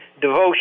devotion